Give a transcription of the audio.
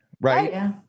right